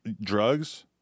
drugs